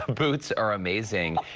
boots are amazing.